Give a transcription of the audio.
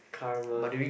karma